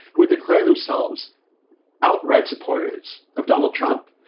who declare themselves outright supporters of donald trump.